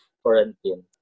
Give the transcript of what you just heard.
quarantine